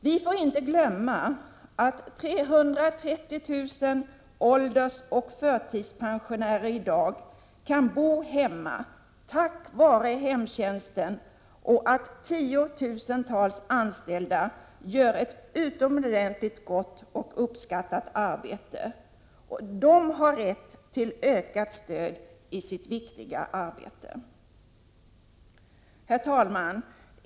Vi får inte glömma att 330 000 åldersoch förtidspensionärer i dag kan bo hemma tack vare hemtjänsten och att tiotusentals anställda gör ett utomordentligt gott och uppskattat arbete. De har rätt till ett ökat stöd i sitt viktiga arbete. Herr talman!